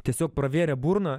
tiesiog pravėrė burną